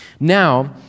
Now